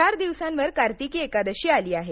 चार दिवसांवर कार्तिकी एकादशी आली आहे